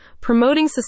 promoting